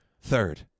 Third